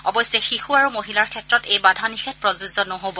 অৱশ্যে শিশু আৰু মহিলাৰ ক্ষেত্ৰত এই বাধা নিষেধ প্ৰযোজ্য নহব